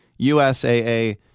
USAA